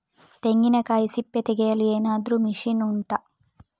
ತೆಂಗಿನಕಾಯಿ ಸಿಪ್ಪೆ ತೆಗೆಯಲು ಏನಾದ್ರೂ ಮಷೀನ್ ಉಂಟಾ